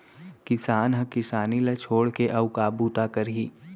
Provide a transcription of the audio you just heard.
किसान ह किसानी ल छोड़ के अउ का बूता करही